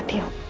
you